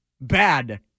bad